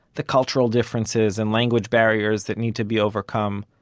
the cultural differences and language barriers that need to be overcome,